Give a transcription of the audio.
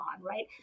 right